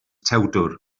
tewdwr